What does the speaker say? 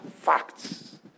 facts